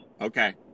Okay